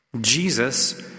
Jesus